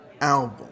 album